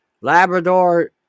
Labrador